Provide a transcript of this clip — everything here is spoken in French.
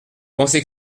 pensez